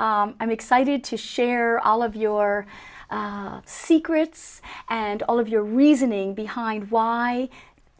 i'm excited to share all of your secrets and all of your reasoning behind why